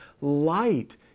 light